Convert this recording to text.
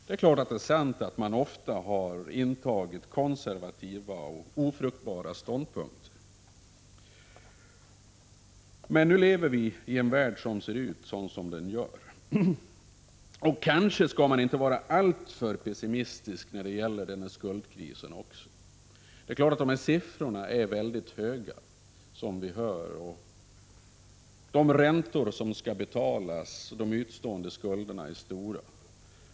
Det är klart att det är sant att man ofta har intagit konservativa och ofruktbara ståndpunkter, men vi lever i en värld som ser ut som den gör, och kanske skall man inte vara alltför pessimistisk när det gäller skuldkrisen. De siffror som det talas om är naturligtvis väldigt höga. De räntor som skall betalas och de utestående skulderna är stora.